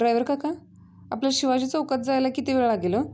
driver काका आपल्याला शिवाजी चौकात जायला किती वेळ लागेल हो